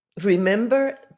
Remember